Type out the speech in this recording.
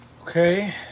Okay